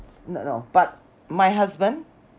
no no but my husband